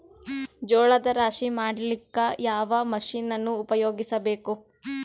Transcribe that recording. ಜೋಳದ ರಾಶಿ ಮಾಡ್ಲಿಕ್ಕ ಯಾವ ಮಷೀನನ್ನು ಉಪಯೋಗಿಸಬೇಕು?